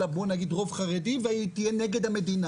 לה רוב חרדי והיא תהיה נגד המדינה.